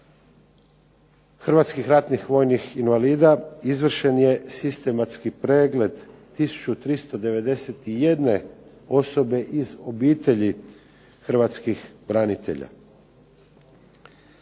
Hrvatskih ratnih vojnih invalida izvršen je sistematski pregled tisuću 391 osobe iz obitelji Hrvatskih branitelja.